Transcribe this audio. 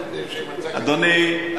אדוני,